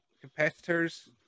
competitors